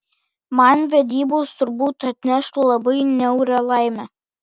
man vedybos turbūt atneštų labai niaurią laimę